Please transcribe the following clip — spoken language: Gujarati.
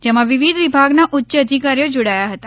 જેમાં વિવિધ વિભાગના ઉચ્ય અધિકારીઓ જોડાયા હતા